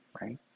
right